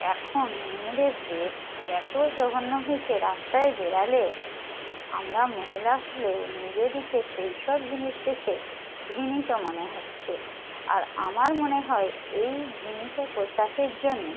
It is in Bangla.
এখন মেয়েদের ড্রেস এতো জঘন্য হয়েছে রাস্তায় বেরোলে আমরা মহিলা হলেও নিজেদিকে সেই সব জিনিস দেখে ঘৃণিত মনে হচ্ছে আর আমার মনে হয় এই ঘৃণিত পোশাকের জন্যেই